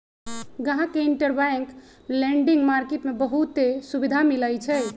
गाहक के interbank lending market में बहुते सुविधा मिलई छई